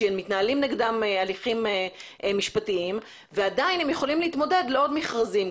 שמתנהלים נגדם הליכים משפטיים ועדיין הם יכולים להתמודד לעוד מכרזים.